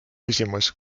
küsimus